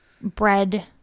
bread